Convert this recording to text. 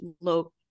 low